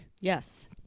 Yes